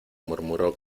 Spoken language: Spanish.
murmuró